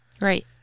right